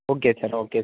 okay sir okay sir